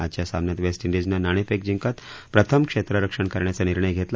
आजच्या सामन्यात वेस्ट शिडिजनं नाणेफेक जिंकत प्रथम क्षेत्ररक्षण करण्याचा निर्णय घेतला